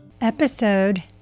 Episode